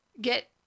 get